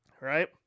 Right